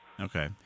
Okay